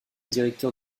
directeur